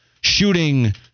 shooting